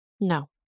No